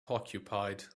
occupied